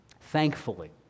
Thankfully